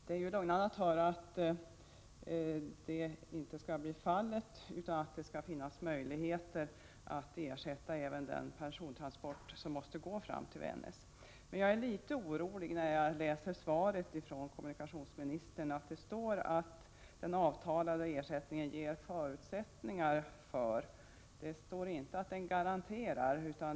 Det är lugnande att höra att det skall finnas möjligheter att ersätta även den persontransport som måste gå fram till Vännäs, men jag är litet orolig när jagläser svaret från kommunikationsministern. Där står det nämligen att den avtalade ersättningen ”ger förutsättningar för” — det står inte att den garanterar.